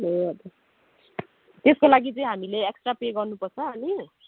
ए हजुर त्यसको लागि चाहिँ हामीले एक्सट्रा पे गर्नुपर्छ अनि